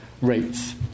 rates